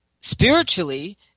spiritually